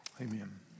Amen